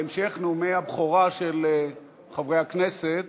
להמשך נאומי הבכורה של חברי הכנסת.